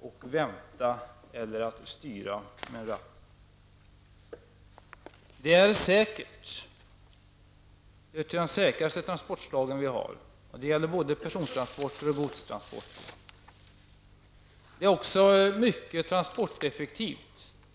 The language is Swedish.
och vänta eller att styra med en ratt. Järnvägen är säker. Den är ett av de säkraste transportslag vi har, och det gäller både persontransporter och godstransporter. Den är också mycket transporteffektiv.